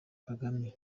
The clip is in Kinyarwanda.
kagame